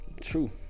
True